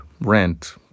rent